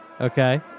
okay